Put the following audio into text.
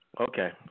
Okay